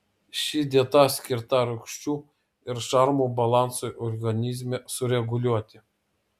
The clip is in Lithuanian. ši dieta skirta rūgščių ir šarmų balansui organizme sureguliuoti